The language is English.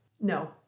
no